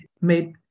made